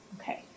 Okay